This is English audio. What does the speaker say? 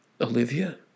Olivia